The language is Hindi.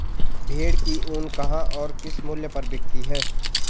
भेड़ की ऊन कहाँ और किस मूल्य पर बिकती है?